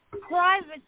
private